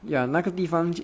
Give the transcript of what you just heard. ya 那个地方